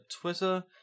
Twitter